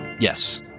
Yes